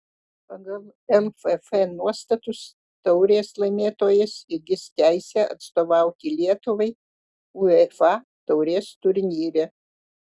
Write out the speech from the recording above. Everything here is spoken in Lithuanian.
pagal lff nuostatus taurės laimėtojas įgis teisę atstovauti lietuvai uefa taurės turnyre